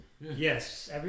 Yes